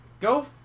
Go